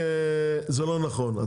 שזה לא נכון,